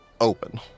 open